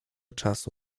czasu